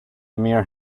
mere